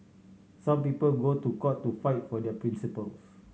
some people go to court to fight for their principles